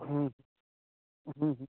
हूँ हूँ हूँ